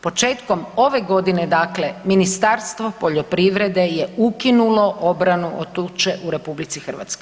Početkom ove godine dakle Ministarstvo poljoprivrede je ukinulo obranu od tuče u RH.